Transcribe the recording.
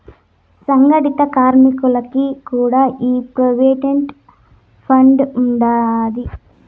సంగటిత కార్మికులకి కూడా ఈ ప్రోవిడెంట్ ఫండ్ ఉండాది